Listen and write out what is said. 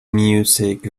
music